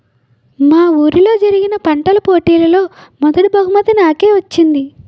మా వూరిలో జరిగిన పంటల పోటీలలో మొదటీ బహుమతి నాకే వచ్చింది